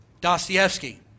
Dostoevsky